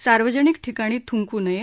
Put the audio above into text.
सार्वजनिक ठिकाणी थ्ंकू नये